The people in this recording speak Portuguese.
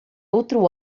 outro